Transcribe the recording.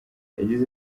yagize